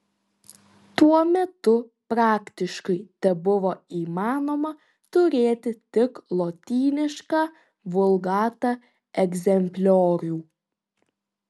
tuo metu praktiškai tebuvo įmanoma turėti tik lotynišką vulgata egzempliorių